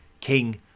King